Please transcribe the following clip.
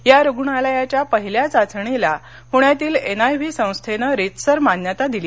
या रुग्णालयाच्या पहिल्या चाचणीला पुण्यातील एन आय व्ही संस्थेनं रीतसर मान्यता दिली